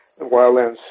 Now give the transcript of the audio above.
Wildlands